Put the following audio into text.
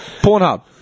Pornhub